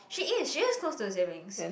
she is she is close to her siblings